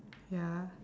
ya